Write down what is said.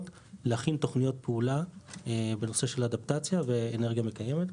להכין תוכניות פעולה בנושא של אדפטציה ואנרגיה מקיימת,